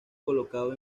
colocado